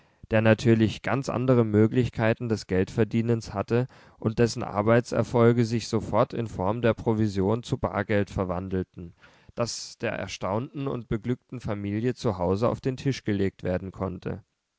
der natürlich ganz andere möglichkeiten des geldverdienens hatte und dessen arbeitserfolge sich sofort in form der provision zu bargeld verwandelten das der erstaunten und beglückten familie zu hause auf den tisch gelegt werden konnte